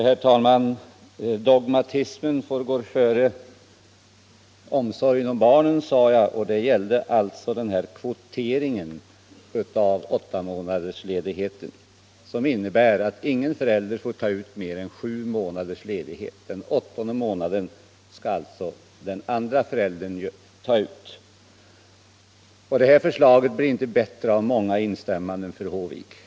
Herr talman! Dogmatismen får gå före omsorgen om barnen, sade jag, och det gällde kvoteringen av åttamånadersledigheten, som innebär att ingen förälder får ta ut mer än sju månaders ledighet. Den åttonde skall andre föräldern ta ut. Detta förslag blir inte bättre av många instäm Nr 119 manden, fru Håvik.